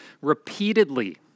repeatedly